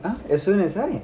!huh! as soon as a~